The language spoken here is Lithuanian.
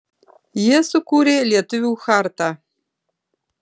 jie sukūrė lietuvių chartą